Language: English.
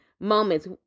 moments